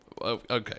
okay